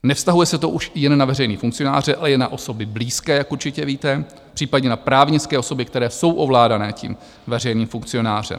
Nevztahuje se to už jen na veřejné funkcionáře, ale i na osoby blízké, jak určitě víte, případně na právnické osoby, které jsou ovládané tím veřejným funkcionářem.